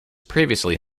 previously